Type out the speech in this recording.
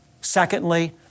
Secondly